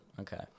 Okay